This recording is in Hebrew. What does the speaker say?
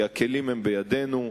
כי הכלים הם בידינו,